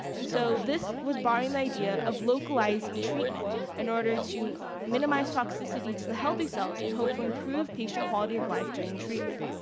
and so this was borrowing the idea of localizing treatment in order to minimize toxicity to the healthy cells and hopefully improve patient quality of life during treatment.